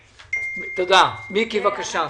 בבקשה.